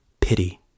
pity